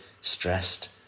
stressed